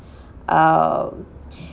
uh